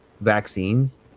vaccines